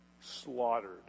slaughtered